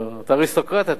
אתה אריסטוקרט, אתה.